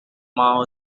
mao